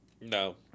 No